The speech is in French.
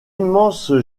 immense